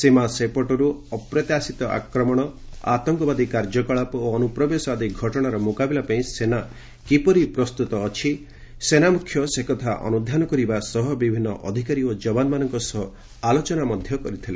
ସୀମା ସେପଟରୁ ଅପ୍ରତ୍ୟାଶିତ ଆକ୍ରମଣ ଆତଙ୍କବାଦୀ କାର୍ଯ୍ୟକଳାପ ଓ ଅନୁପ୍ରବେଶ ଆଦି ଘଟଣାର ମୁକାବିଲା ପାଇଁ ସେନା କିପରି ପ୍ରସ୍ତୁତ ଅଛି ସେନାମୁଖ୍ୟ ସେକଥା ଅନୁଧ୍ୟାନ କରିବା ସହ ବିଭିନ୍ନ ଅଧିକାରୀ ଓ ଯବାନମାନଙ୍କ ସହ ଆଲୋଚନା କରିଥିଲେ